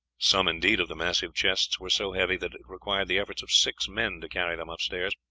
some, indeed, of the massive chests were so heavy that it required the efforts of six men to carry them upstairs.